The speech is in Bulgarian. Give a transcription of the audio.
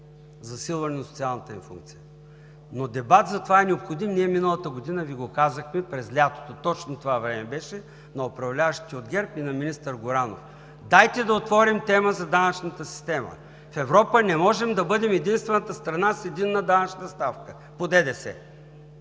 засилване на социалната им функция. Дебат за това е необходим. Миналата година през лятото ние Ви го казахме – точно това време беше, на управляващите от ГЕРБ и на министър Горанов. Дайте да отворим тема за данъчната система. В Европа не можем да бъдем единствената страна с единна данъчна ставка по